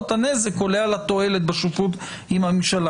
הנזק עולה על התועלת בשותפות עם הממשלה.